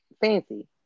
Fancy